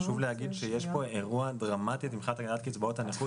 חשוב להגיד שיש פה אירוע דרמטי מבחינת הגדלת קצבאות הנכות.